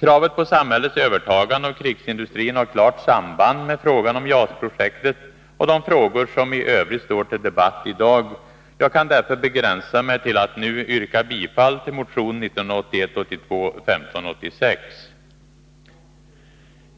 Kravet på samhällets övertagande av krigsindustrin har ett klart samband med frågan om JAS-projektet och de frågor som i övrigt är uppe till debatt i dag. Jag kan därför begränsa mig till att nu yrka bifall till motion 1981/82:1586.